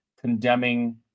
condemning